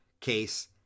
case